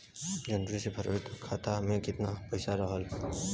जनवरी से फरवरी तक खाता में कितना पईसा रहल?